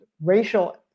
racial